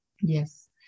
Yes